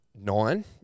nine